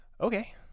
okay